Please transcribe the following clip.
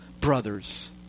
brothers